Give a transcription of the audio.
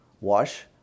wash